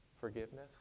forgiveness